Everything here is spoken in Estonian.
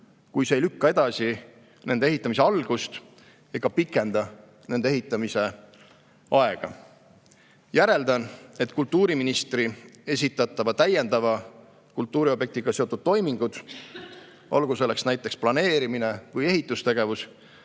kui see ei lükka edasi nende ehitamise algust ega pikenda nende ehitamise aega. Järeldan, et kultuuriministri esitatava täiendava kultuuriobjektiga seotud toimingud, olgu selleks näiteks planeerimine või ehitustegevus,